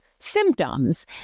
symptoms